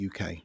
UK